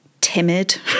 timid